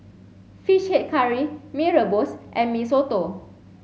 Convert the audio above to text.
fish head curry Mee Rebus and Mee Soto